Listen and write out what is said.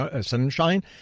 Sunshine